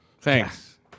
Thanks